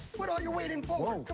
put all your weight in forward.